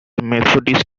methodist